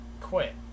quit